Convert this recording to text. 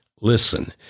listen